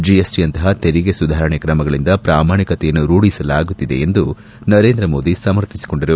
ಜಿಎಸ್ಟಿಯಂತಹ ತೆರಿಗೆ ಸುಧಾರಣೆ ಕ್ರಮಗಳಿಂದ ಪ್ರಾಮಾಣಿಕತೆಯನ್ನು ರೂಢಿಸಲಾಗುತ್ತಿದೆ ಎಂದು ನರೇಂದ್ರ ಮೋದಿ ಸಮರ್ಥಿಸಿಕೊಂಡರು